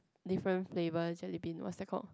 different flavour jellybean what's that called